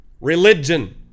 religion